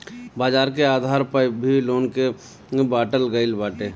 बाजार के आधार पअ भी लोन के बाटल गईल बाटे